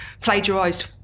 plagiarised